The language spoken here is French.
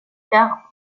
car